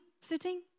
sitting